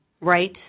right